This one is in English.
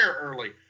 early